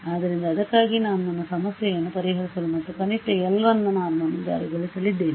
ಆದ್ದರಿಂದ ಅದಕ್ಕಾಗಿಯೇ ನಾನು ನನ್ನ ಸಮಸ್ಯೆಯನ್ನು ಪರಿಹರಿಸಲು ಮತ್ತು ಕನಿಷ್ಠ l1 normನ್ನು ಜಾರಿಗೊಳಿಸಲಿದ್ದೇನೆ